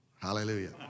Hallelujah